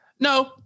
No